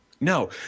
No